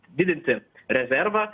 didinti rezervą